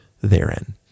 therein